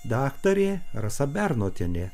daktarė rasa bernotienė